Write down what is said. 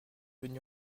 venus